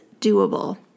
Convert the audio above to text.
doable